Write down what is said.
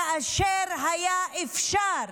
כאשר היה אפשר,